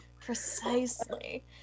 Precisely